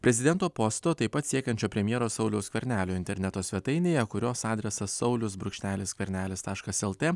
prezidento posto taip pat siekiančio premjero sauliaus skvernelio interneto svetainėje kurios adresas saulius brūkšnelis skvernelis taškas lt